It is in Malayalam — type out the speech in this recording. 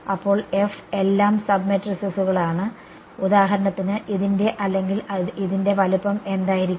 അപ്പോൾ F എല്ലാം സബ് മെട്രിസെസുകളാണ് ഉദാഹരണത്തിന് ഇതിന്റെ അല്ലെങ്കിൽ ഇതിന്റെ വലുപ്പം എന്തായിരിക്കും